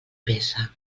pesa